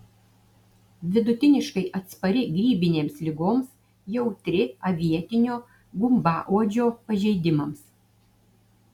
vidutiniškai atspari grybinėms ligoms jautri avietinio gumbauodžio pažeidimams